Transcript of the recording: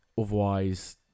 otherwise